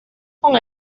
con